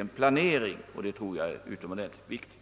en planering, vilket är utomordentligt viktigt.